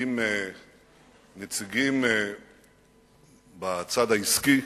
עם נציגים בצד העסקי,